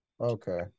Okay